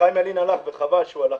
חיים ילין הלך וחבל שהוא הלך.